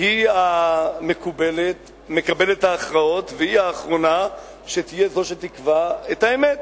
היא מקבלת ההכרעות והיא זו שתהיה האחרונה שתקבע את האמת,